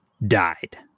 died